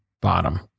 bottom